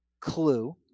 clue